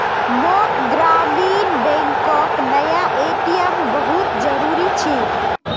मोक ग्रामीण बैंकोक नया ए.टी.एम बहुत जरूरी छे